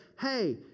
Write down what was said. hey